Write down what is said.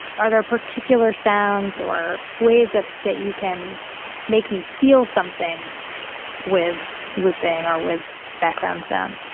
are there particular sounds or ways that that you can make me feel something with looping, or with background sound?